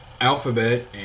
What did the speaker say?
Alphabet